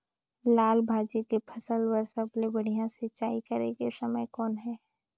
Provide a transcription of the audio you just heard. लाल भाजी के फसल बर सबले बढ़िया सिंचाई करे के समय कौन हे?